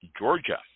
Georgia